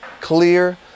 clear